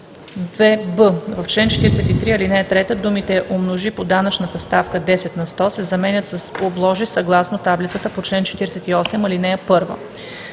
2б. В чл. 43, ал. 3 думите „умножи по данъчна ставка 10 на сто“ се заменят с „обложи съгласно таблицата по чл. 48, ал. 1“.